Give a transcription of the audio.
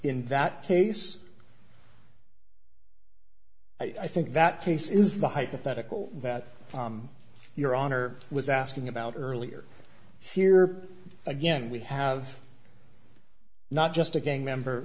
in that case i think that case is the hypothetical that your honor was asking about earlier here again we have not just a gang member